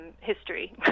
history